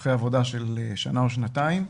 אחרי עבודה של ששנה או שנתיים,